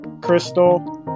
Crystal